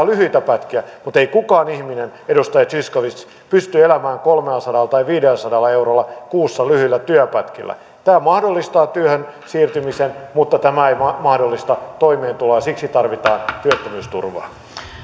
lyhyitä pätkiä mutta ei kukaan ihminen edustaja zyskowicz pysty elämään kolmesataa tai viidelläsadalla eurolla kuussa lyhyillä työpätkillä tämä mahdollistaa työhön siirtymisen mutta tämä ei mahdollista toimeentuloa ja siksi tarvitaan työttömyysturvaa